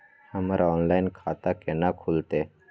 हमर ऑनलाइन खाता केना खुलते?